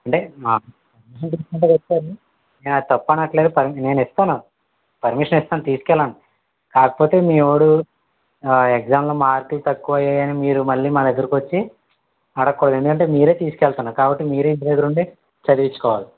అంటే మా తప్పనట్లేదు నేను ఇస్తాను పర్మిషన్ ఇస్తాను తీసుకెళ్ళండి కాకపోతే మీ వాడు ఎగ్జామ్లో మార్కులు తక్కువ అయ్యాయి అని మీరు మళ్ళీ మా దగ్గరికి వచ్చి అడగకూడదు ఎందుకంటే మీరే తీసుకెళ్తున్నారు కాబట్టి మీరే ఇంటి దగ్గర ఉండి చదివించుకోవాలి